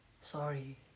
Sorry